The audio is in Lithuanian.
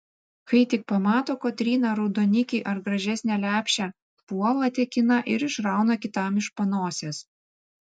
kai tik pamato kotryna raudonikį ar gražesnę lepšę puola tekina ir išrauna kitam iš panosės